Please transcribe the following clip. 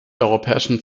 europäischen